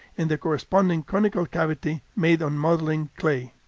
and the corresponding conical cavity made on modeling clay.